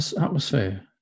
atmosphere